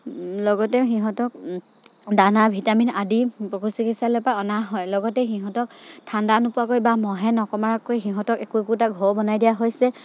লগতে সিহঁতক দানা ভিটামিন আদি পশু চিকিৎসালয় পৰা অনা হয় লগতে সিহঁতক ঠাণ্ডা নোপোৱাকৈ বা মহে নাকামোৰাকৈ সিহঁতক একো একোটা ঘৰ বনাই দিয়া হৈছে